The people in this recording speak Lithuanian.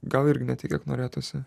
gal irgi ne tiek kiek norėtųsi